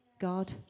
God